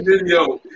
video